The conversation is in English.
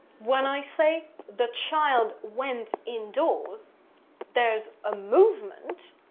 when i say, the child went indoors there's a movement.